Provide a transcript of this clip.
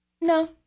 No